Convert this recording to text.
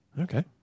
okay